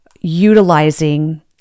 utilizing